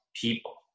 people